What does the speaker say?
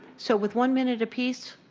so with one minute apiece,